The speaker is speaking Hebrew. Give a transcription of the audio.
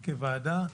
כוועדה.